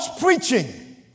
preaching